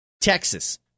Texas